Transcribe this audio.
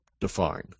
define